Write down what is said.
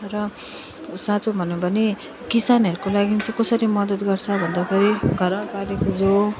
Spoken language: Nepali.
र साँचो भनौँ भने किसानहरूको लागि चाहिँ कसरी मदत गर्छ भन्दाखेरि घरमा पालेको जो